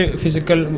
physical